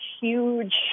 huge